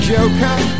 Joker